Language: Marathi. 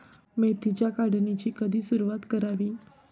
मेथीच्या काढणीची कधी सुरूवात करावी?